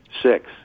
six